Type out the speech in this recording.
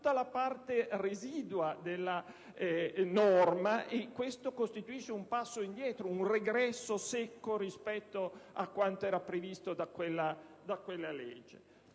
tutta la parte residua della norma e questo costituisce un passo indietro, un regresso secco rispetto a quanto era previsto da quella legge.